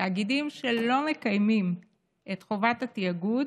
תאגידים שלא מקיימים את חובת התיאגוד